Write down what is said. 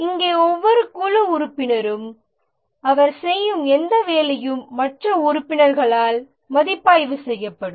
இங்கே ஒவ்வொரு குழு உறுப்பினரும் அவர் செய்யும் எந்த வேலையும் மற்ற உறுப்பினர்களால் மதிப்பாய்வு செய்யப்படும்